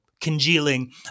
congealing